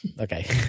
Okay